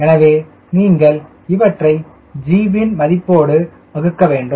எனவே நீங்கள் இவற்றை g வின் மதிப்போடு வகுக்க வேண்டும்